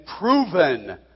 proven